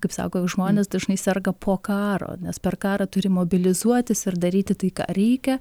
kaip sako žmonės dažnai serga po karo nes per karą turi mobilizuotis ir daryti tai ką reikia